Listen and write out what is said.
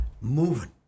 moving